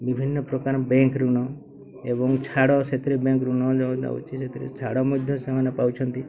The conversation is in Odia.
ବିଭିନ୍ନ ପ୍ରକାର ବ୍ୟାଙ୍କ୍ ଋଣ ଏବଂ ଛାଡ଼ ସେଥିରେ ବ୍ୟାଙ୍କ୍ ଋଣ ସେଥିରେ ଛାଡ଼ ମଧ୍ୟ ସେମାନେ ପାଉଛନ୍ତି